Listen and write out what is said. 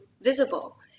visible